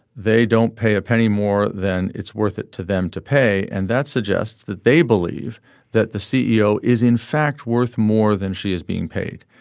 they don't pay a penny more than it's worth it to them to pay. and that suggests that they believe that the ceo is in fact worth more than she is being paid.